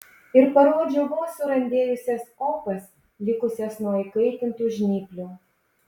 ir parodžiau vos surandėjusias opas likusias nuo įkaitintų žnyplių